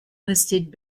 listed